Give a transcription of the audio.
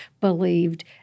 believed